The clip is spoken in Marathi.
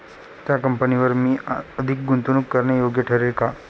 त्या कंपनीवर मी अधिक गुंतवणूक करणे योग्य ठरेल का?